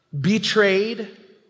betrayed